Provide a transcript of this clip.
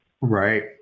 Right